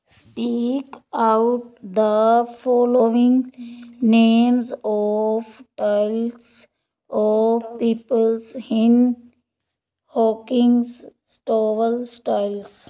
speak out the following names of tiles or people hint hocking stovel styles